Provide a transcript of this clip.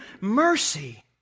mercy